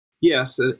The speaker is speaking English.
Yes